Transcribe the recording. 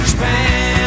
Japan